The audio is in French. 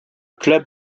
club